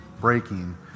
breaking